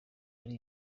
ari